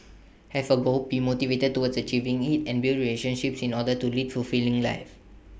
have A goal be motivated towards achieving IT and build relationships in order to lead fulfilling lives